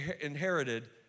inherited